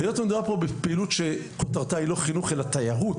היות ומדובר פה בפעילות שכותרתה היא לא חינוך אלא תיירות,